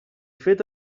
fet